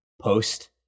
post